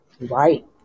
Right